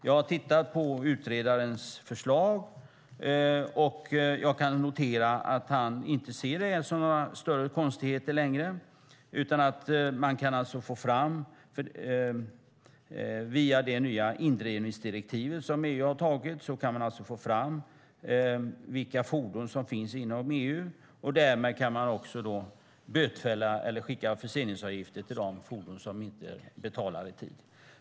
Jag har tittat på utredarens förslag, och jag kan notera att han inte ser detta som några större konstigheter längre. Via det nya indrivningsdirektiv som EU har tagit kan man få fram vilka fordon som finns inom EU. Därmed kan man också bötfälla eller skicka förseningsavgifter till de fordon som inte betalar i tid.